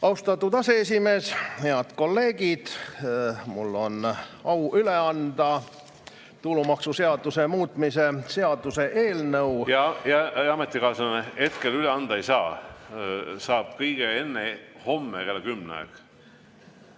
Austatud aseesimees! Head kolleegid! Mul on au üle anda tulumaksuseaduse muutmise seaduse eelnõu. Hea ametikaaslane, hetkel üle anda ei saa. Saab kõige varem homme kell 10.